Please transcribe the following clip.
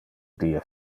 die